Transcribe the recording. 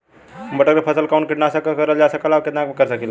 मटर के फसल पर कवन कीटनाशक क प्रयोग करल जाला और कितना में कर सकीला?